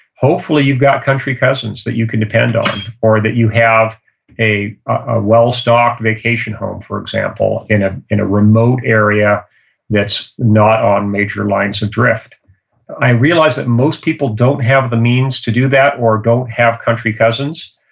hopefully, you've got country cousins that you can depend on, or that you have a a well-stocked vacation home, for example, in ah in a remote area that's not on major lines adrift i realize that most people don't have the means to do that or don't have country cousins,